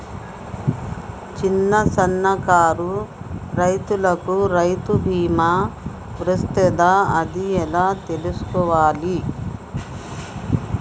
చిన్న సన్నకారు రైతులకు రైతు బీమా వర్తిస్తదా అది ఎలా తెలుసుకోవాలి?